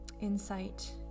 insight